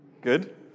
Good